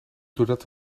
doordat